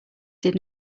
did